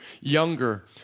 younger